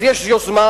אז יש יוזמה,